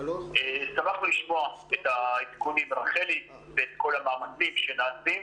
שמחנו לשמוע את העדכונים מרחלי ואת כל המאמצים שנעשים,